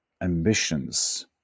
ambitions